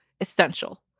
essential